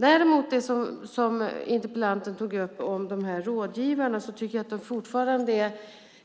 När det gäller det interpellanten tog upp om rådgivarna tycker jag däremot fortfarande att dessa